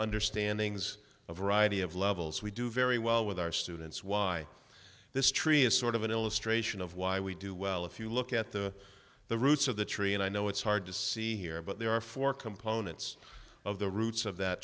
understandings of variety of levels we do very well with our students why this tree is sort of an illustration of why we do well if you look at the the roots of the tree and i know it's hard to see here but there are four components of the roots of that